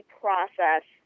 process